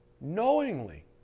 knowingly